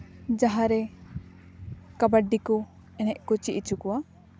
ᱡᱟᱦᱟᱸᱨᱮ ᱠᱟᱵᱟᱰᱤ ᱠᱚ ᱪᱮᱫ ᱦᱚᱪᱚ ᱠᱚᱣᱟ